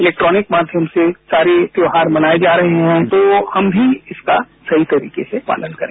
electronic माध्यम से सारे त्योहार मनाए जा रहे हैं तो हम भी इसका सही तरीके से पालन करें